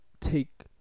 take